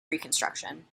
reconstruction